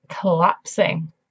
collapsing